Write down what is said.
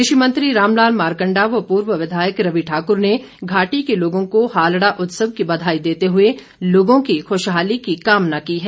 कृषि मंत्री राम लाल मारकंडा व पूर्व विधायक रवि ठाकुर ने घाटी के लोगों को हालड़ा उत्सव की बधाई देते हुए लोगों की खुशहाली की कामना की है